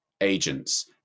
agents